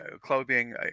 clothing